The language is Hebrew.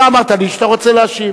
אתה אמרת לי שאתה רוצה להשיב.